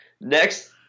Next